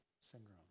syndrome